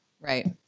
Right